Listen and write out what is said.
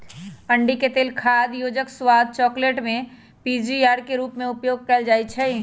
अंडिके तेल खाद्य योजक, स्वाद, चकलेट में पीजीपीआर के रूप में उपयोग कएल जाइछइ